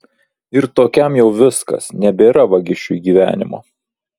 ir tokiam jau viskas nebėra vagišiui gyvenimo